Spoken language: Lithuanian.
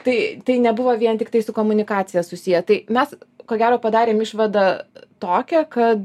tai tai nebuvo vien tiktai su komunikacija susiję tai mes ko gero padarėm išvadą tokią kad